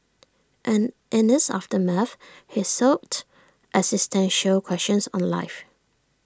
and in its aftermath he sought existential questions on life